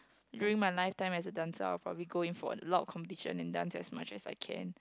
during my lifetime as a dancer I'll probably go in for a lot of competition and dance as much as I can